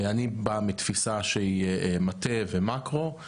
אני בא מתפיסה שהיא מטה ומאקרו.